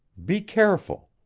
be careful.